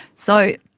so